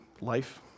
life